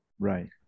Right